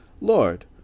Lord